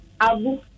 Abu